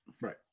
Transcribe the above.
Right